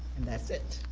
and that's it.